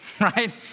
right